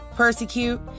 Persecute